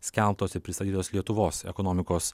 skelbtos ir pristatytos lietuvos ekonomikos